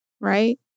right